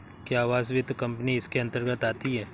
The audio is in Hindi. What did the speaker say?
क्या आवास वित्त कंपनी इसके अन्तर्गत आती है?